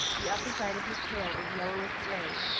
the upper side of his tail is yellowish-gray,